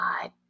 God